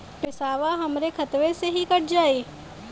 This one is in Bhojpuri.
पेसावा हमरा खतवे से ही कट जाई?